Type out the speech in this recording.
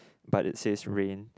but it says rain